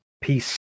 peace